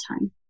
time